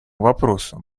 вопросу